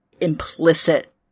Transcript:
implicit